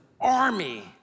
army